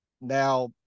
now